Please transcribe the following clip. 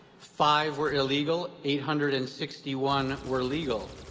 five were illegal. eight hundred and sixty one were legal.